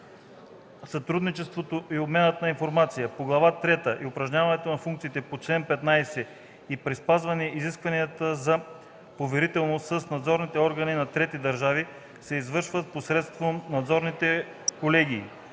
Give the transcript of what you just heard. Сътрудничеството и обменът на информация по Глава трета и упражняването на функциите по чл. 15 и при спазване изискванията за поверителност – с надзорните органи от трети държави, се извършват посредством надзорните колегии,